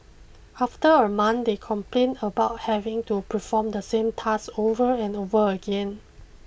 after a month they complained about having to perform the same task over and over again